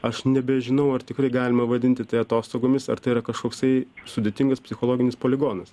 aš nebežinau ar tikrai galima vadinti tai atostogomis ar tai yra kažkoksai sudėtingas psichologinis poligonas